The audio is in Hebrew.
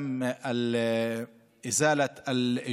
להלן תרגומם: זו בשורה